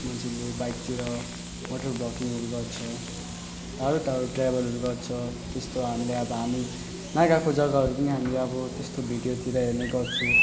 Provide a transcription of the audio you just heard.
मान्छेले बाइकतिर मोटर भ्लगिङहरू गर्छ टाढो टाढो ट्राभलहरू गर्छ त्यस्तो हामीलाई अब हामी नगएको जग्गाहरू पनि हामीले अब त्यस्तो भिडियोहरूतिर हेर्ने गर्छु